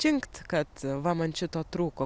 činkt kad va man šito trūko